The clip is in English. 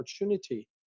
opportunity